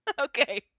Okay